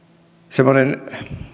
semmoinen no